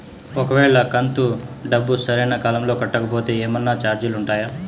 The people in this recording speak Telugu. ఒక వేళ కంతు డబ్బు సరైన కాలంలో కట్టకపోతే ఏమన్నా చార్జీలు ఉండాయా?